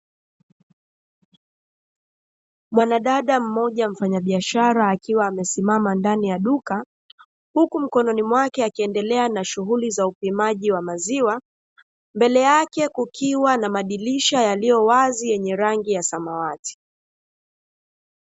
Mwanadada mmoja mfanyabiashara akiwa amesimama ndani ya duka, huku mkononi mwake akiendelea na shughuli za upimaji wa maziwa. Mbele yake kukiwa na madirisha yaliyowazi yenye rangi ya samawati.